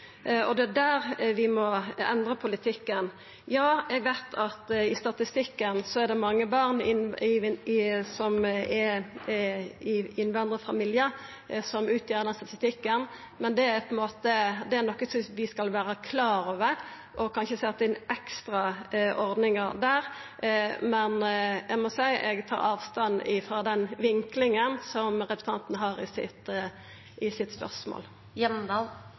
og det er der vi må endra politikken. Ja, eg veit at det er mange barn frå innvandrarfamiliar som er i den statistikken. Det er noko vi skal vera klar over, og vi må kanskje setja inn ekstra ordningar der, men eg tar avstand frå den vinklinga som representanten har spørsmålet sitt.